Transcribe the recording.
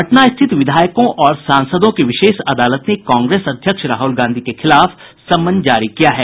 पटना स्थित विधायकों और सांसदों की विशेष अदालत ने कांग्रेस अध्यक्ष राहल गांधी के खिलाफ समन जारी किया है